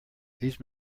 these